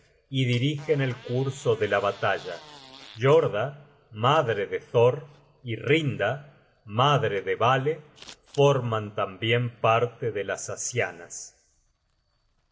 y dirigen el curso de la batalla jorda madre de thor y rinda madre de vale forman tambien parte de las asianas